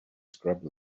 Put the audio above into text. scrub